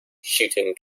shooting